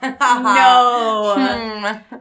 No